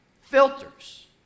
Filters